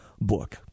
book